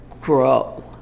grow